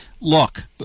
Look